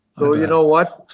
you know what,